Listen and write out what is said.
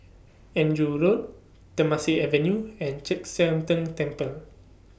Andrew Road Temasek Avenue and Chek Sian Tng Temple